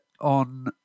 on